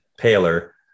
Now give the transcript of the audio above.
Paler